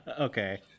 Okay